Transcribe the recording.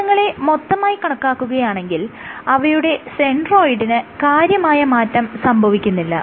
കോശങ്ങളെ മൊത്തമായി കണക്കാക്കുകയാണെങ്കിൽ അവയുടെ സെന്ററോയ്ഡിന് കാര്യമായ മാറ്റം സംഭവിക്കുന്നില്ല